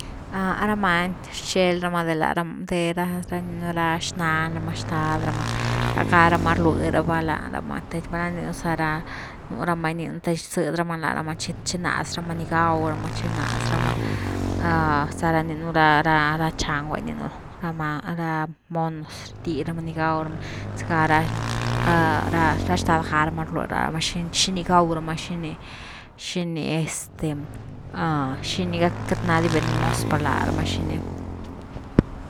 A ra many rcheld rama de xnan rama, xtad rama la garama rlui raba lá rama, te mer nia zega nú rama derech rzëdy rama lá rama chináz rama ni gaw rama, chi náz rama, za ra ni nú ra-ra chang’we ni nú rara many, ra monos, rgil rama ni gaw rama, zega ra-ra xtad ga rama rlui lá rama xini-xini gaw rama xini-xini este xini queity ná di venenos par lá rama xini.